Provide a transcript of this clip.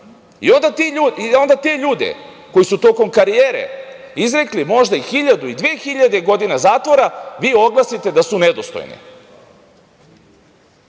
I onda te ljude koji su tokom karijere izrekli možda i hiljadu i dve hiljade godina zatvora vi oglasite da su nedostojni. Te